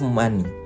money